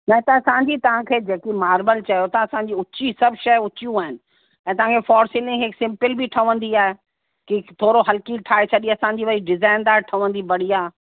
न त असांजी तव्हांखे जेकी मार्बल चयो था असांजी उची सभु शइ उचियूं आहिनि ऐं तव्हांखे फॉर सीलिंग हिक सिंपल बि ठवंदी आहे की थोरो हल्की ठाहे छ्ॾी असांजी वरी डिज़ाइनदार ठवंदी बड़िया